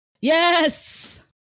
Yes